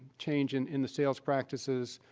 change in in the sales practices,